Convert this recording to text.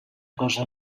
cosa